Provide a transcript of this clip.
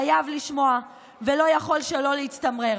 חייב לשמוע, ולא יכול שלא להצטמרר.